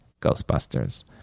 ghostbusters